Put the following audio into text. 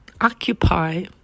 occupy